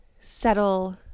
settle